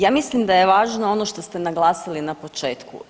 Ja mislim da je važno ono što ste naglasili na početku.